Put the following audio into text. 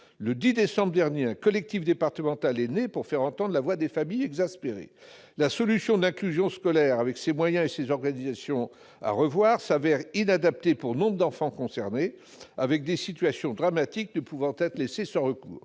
Le 10 décembre dernier, un collectif départemental est né pour faire entendre la voix des familles exaspérées. La solution de l'inclusion scolaire, dont les moyens et les organisations sont d'ailleurs à revoir, s'avère inadaptée pour nombre d'enfants concernés, alors que des situations dramatiques ne peuvent être laissées sans recours.